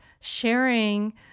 sharing